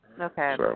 Okay